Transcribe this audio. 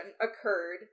occurred